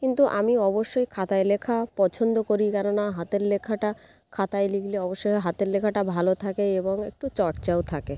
কিন্তু আমি অবশ্যই খাতায় লেখা পছন্দ করি কেননা হাতের লেখাটা খাতায় লিখলে অবশ্যই হাতের লেখাটা ভালো থাকে এবং একটু চর্চাও থাকে